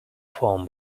phone